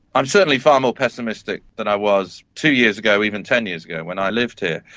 i'm certainly far more pessimistic than i was two years ago, even ten years ago when i lived here.